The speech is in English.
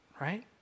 right